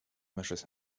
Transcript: measures